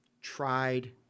tried